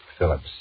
Phillips